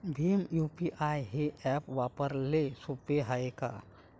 Bhim UPI हे app वापराले सोपे हाय का?